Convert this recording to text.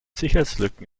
sicherheitslücken